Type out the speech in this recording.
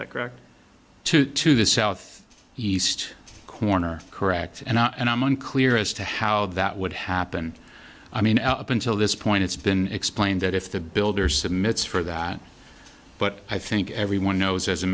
that correct to to the south east corner correct and i'm unclear as to how that would happen i mean up until this point it's been explained that if the builder submits for that but i think everyone knows as a